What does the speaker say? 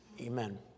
Amen